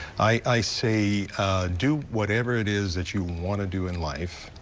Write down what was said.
i i say do whatever it is that you want to do in life.